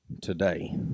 Today